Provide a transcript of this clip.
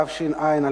התש"ע 2010,